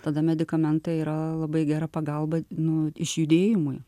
tada medikamentai yra labai gera pagalba nu išjudėjimui